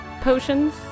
potions